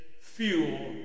fuel